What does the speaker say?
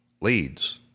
leads